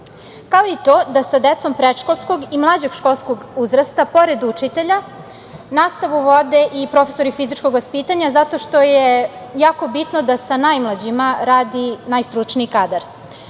kao i to da sa decom predškolskog i mlađeg školskog uzrasta, pored učitelja, nastavu vode i profesori fizičkog vaspitanja zato što je jako bitno da sa najmlađima radi najstručniji kadar?O